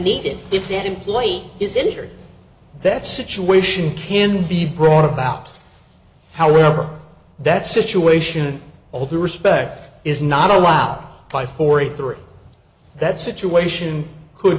needed if an employee is injured that situation can be brought about however that situation all due respect is not allowed by forty three that situation could